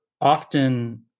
often